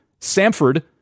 Samford